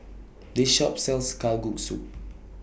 This Shop sells Kalguksu